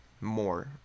more